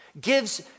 gives